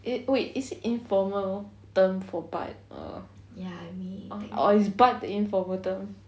it wait is it informal term for butt err or is butt the informal term